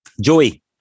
joey